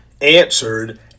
answered